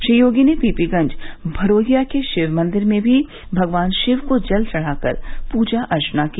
श्री योगी ने पीपीगंज भरोहिया के शिव मंदिर में भी भगवान शिव को जल चढ़ा कर पूजा अर्चना की